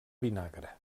vinagre